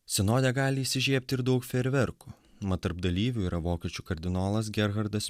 sinode gali įsižiebti ir daug fejerverkų mat tarp dalyvių yra vokiečių kardinolas gerhardas